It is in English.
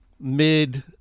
mid